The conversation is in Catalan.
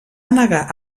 negar